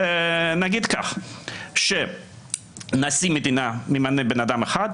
נניח שנשיא מדינה ממנה אדם אחד,